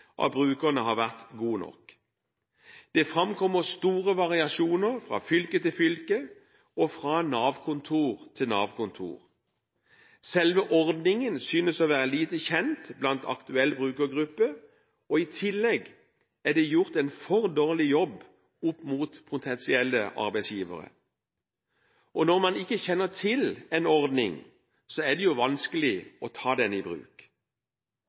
av brukerne har vært god nok. Det framkommer store variasjoner fra fylke til fylke og fra Nav-kontor til Nav-kontor. Selve ordningen synes å være lite kjent blant aktuell brukergruppe. I tillegg er det gjort en for dårlig jobb opp mot potensielle arbeidsgivere. Og når man ikke kjenner til en ordning, er det vanskelig å ta den i bruk.